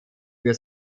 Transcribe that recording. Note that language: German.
für